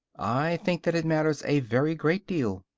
i think that it matters a very great deal.